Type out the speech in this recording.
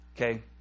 okay